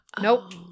Nope